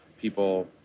People